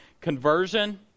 conversion